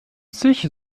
sich